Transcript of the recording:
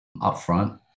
upfront